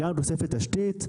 יש גם תוספת תשתית,